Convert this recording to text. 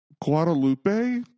Guadalupe